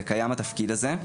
זה קיים התפקיד הזה.